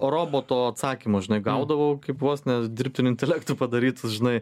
roboto atsakymus žinai gaudavau kaip vos ne dirbtiniu intelektu padarytus žinai